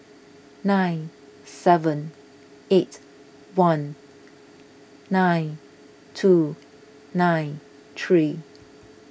nine seven eight one nine two nine three